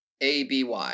ABY